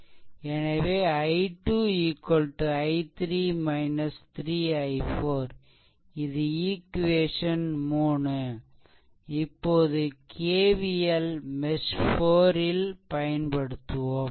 எனவே I2 I3 3 i4 இது equation 3 இப்போது KVL மெஷ் 4 ல் பயன்படுத்துவோம்